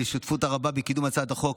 על השותפות הרבה בקידום הצעת החוק,